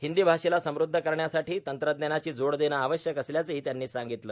हिंदी भाषेला सम्रद्ध करण्यासाठी तंत्रज्ञानाची जोड देणं आवश्यक असल्याचंही त्यांनी सांगितलं